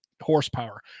horsepower